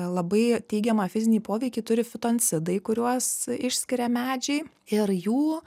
labai teigiamą fizinį poveikį turi fitoncidai kuriuos išskiria medžiai ir jų